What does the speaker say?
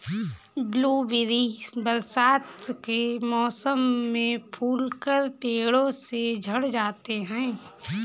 blueberry बरसात के मौसम में फूलकर पेड़ों से झड़ जाते हैं